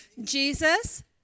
Jesus